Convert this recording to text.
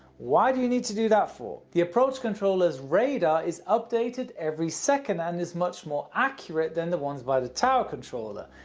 why do you need to do that for? the approach controller's radar is updated every second and is much more accurate than the ones by the tower controller.